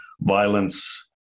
Violence